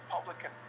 Republican